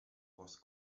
was